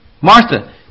Martha